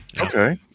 Okay